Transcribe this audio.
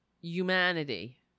humanity